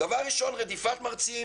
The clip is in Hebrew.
דבר ראשון, רדיפת מרצים